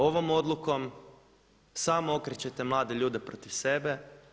Ovom odlukom samo okrećete mlade ljude protiv sebe.